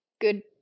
good